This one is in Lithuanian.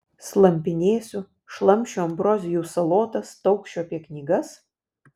slampinėsiu šlamšiu ambrozijų salotas taukšiu apie knygas